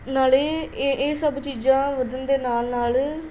ਨਾਲ ਇਹ ਸਭ ਚੀਜ਼ਾਂ ਵਧਣ ਦੇ ਨਾਲ ਨਾਲ